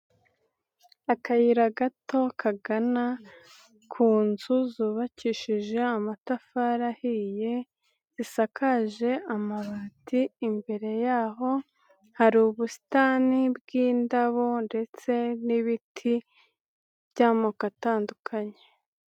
Akayira gato kagana ku nzu zubakishije amatafari ahiye, zisakaje amabati, imbere yaho hari ubusitani bw'indabo ndetse n'ibiti by'amoko atandukanye.